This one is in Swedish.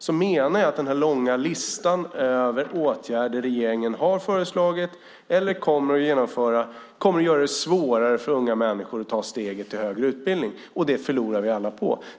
Jag menar att den långa listan av åtgärder regeringen har föreslagit eller kommer att genomföra kommer att göra det svårare för unga människor att ta steget till högre utbildning, och det förlorar vi alla på.